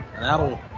that'll